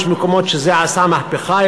יש מקומות שזה עשה בהם מהפכה,